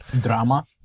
Drama